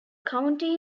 county